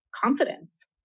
confidence